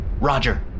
Roger